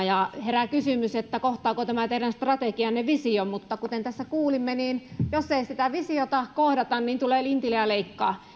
ja herää kysymys kohtaako tämä teidän strategianne vision mutta kuten tässä kuulimme niin jos ei sitä visiota kohdata niin lintilä tulee ja leikkaa